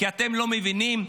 כי אתם לא מבינים.